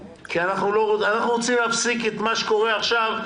כי אנחנו רוצים להפסיק את מה שקורה עכשיו,